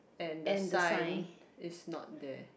and the sign is not there